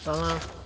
Hvala.